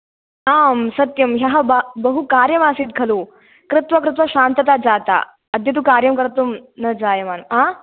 आम् सत्यम् ह्यः बहु कार्यम् आसीत् खलु कृत्वा कृत्वा श्रन्तता जाता अद्य तु कार्यं कर्तुं न जायमान हा